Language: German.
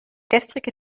gestrige